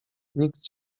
nikt